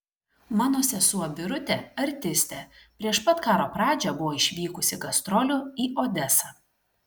mano sesuo birutė artistė prieš pat karo pradžią buvo išvykusi gastrolių į odesą